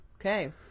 Okay